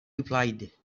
replied